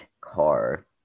car